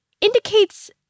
indicates –